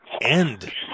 end